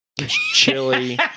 chili